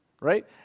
right